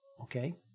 Okay